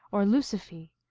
or lusifee,